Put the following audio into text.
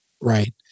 Right